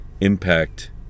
impact